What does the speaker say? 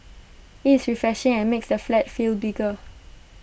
IT is refreshing and makes the flat feel bigger